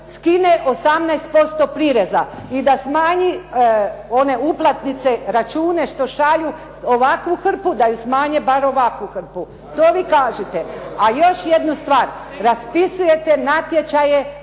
skine 18% prireza i da smanji one uplatnice, račune što šalju ovakvu hrpu, da im smanje bar ovakvu hrpu. To vi kažete. A još jednu stvar, raspisujete natječaje